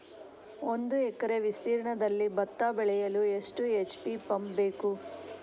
ಒಂದುಎಕರೆ ವಿಸ್ತೀರ್ಣದಲ್ಲಿ ಭತ್ತ ಬೆಳೆಯಲು ಎಷ್ಟು ಎಚ್.ಪಿ ಪಂಪ್ ಬೇಕು?